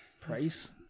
price